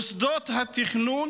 מוסדות התכנון